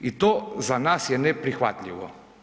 I to za nas je neprihvatljivo.